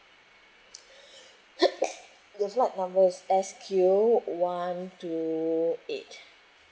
the flight S Q one two eight